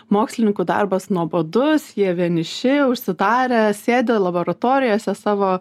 mokslininkų darbas nuobodus jie vieniši užsidarę sėdi laboratorijose savo